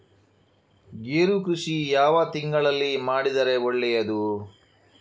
ಗೇರು ಕೃಷಿ ಯಾವ ತಿಂಗಳಲ್ಲಿ ಮಾಡಿದರೆ ಒಳ್ಳೆಯದು?